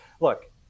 look